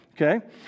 Okay